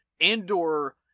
Andor